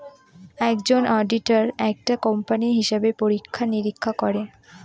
একজন অডিটার একটা কোম্পানির হিসাব পরীক্ষা নিরীক্ষা করে